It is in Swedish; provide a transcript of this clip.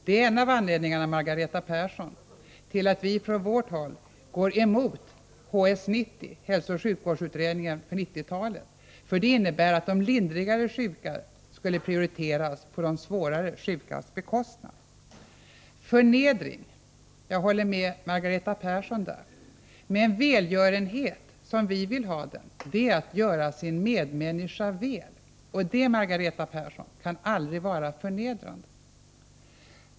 Det är en av anledningarna, Margareta Persson, till att vi från vårt håll går emot HS 90 — hälsooch sjukvårdsutredningen för 1990-talet — för dess förslag innebär att de lindrigare sjuka skulle prioriteras på de svårare sjukas bekostnad. När det gäller detta med förnedring håller jag med Margareta Persson. Men välgörenhet som vi vill ha den är att göra sin medmänniska väl. Och det, Margareta Persson, kan aldrig vara förnedrande.